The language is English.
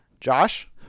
Josh